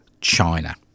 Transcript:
China